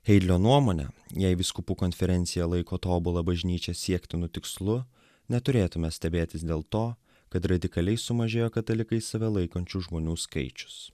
heidlio nuomone jei vyskupų konferencija laiko tobulą bažnyčią siektinu tikslu neturėtume stebėtis dėl to kad radikaliai sumažėjo katalikais save laikančių žmonių skaičius